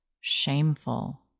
shameful